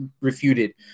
refuted